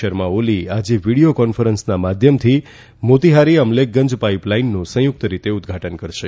શર્મા ઓલી આજે વિડીયો કોન્ફરન્સના માધ્યમથી મોતીહારી અમલેખગંજ પાઇપલાઇનનું સંયુક્ત રીતે ઉદ્દઘાટન કરશે